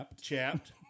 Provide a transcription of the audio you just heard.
chapped